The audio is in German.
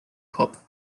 kopf